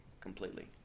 completely